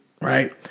right